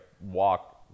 walk